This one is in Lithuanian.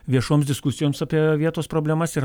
viešoms diskusijoms apie vietos problemas yra